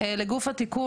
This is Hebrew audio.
לגוף התיקון.